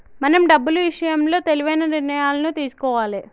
మనం డబ్బులు ఇషయంలో తెలివైన నిర్ణయాలను తీసుకోవాలే